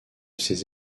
ces